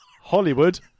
Hollywood